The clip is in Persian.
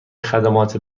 خدمات